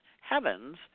heavens